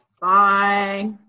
Bye